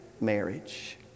marriage